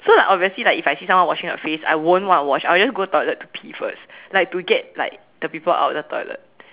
so like obviously like if I see someone washing their face I won't want to wash I will just go toilet to pee first like to get like the people out of the toilet